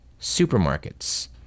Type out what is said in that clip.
supermarkets